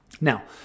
Now